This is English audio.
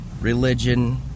religion